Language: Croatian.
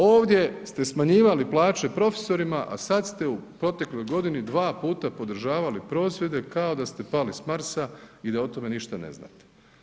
Ovdje ste smanjivali plaće profesorima, a sada ste u protekloj godini dva puta podržavali prosvjede kao da ste pali s Marsa i da o tome ništa ne znate.